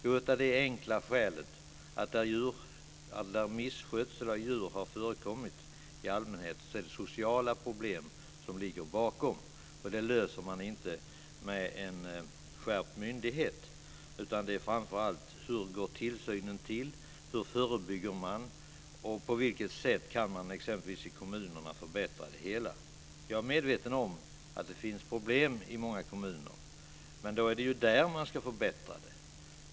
Jo, av det enkla skälet att där misskötsel av djur har förekommit är det i allmänhet sociala problem som ligger bakom. Det löser man inte med en skärpt myndighet, utan det handlar framför allt om hur tillsynen går till, hur man förebygger och på vilket sätt man exempelvis i kommunerna kan förbättra det hela. Jag är medveten om att det finns problem i många kommuner. Men då är det där man ska förbättra det.